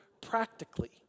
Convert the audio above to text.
practically